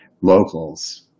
Locals